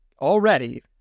already